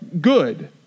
Good